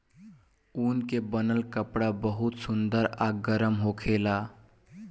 ऊन के बनल कपड़ा बहुते सुंदर आ गरम होखेला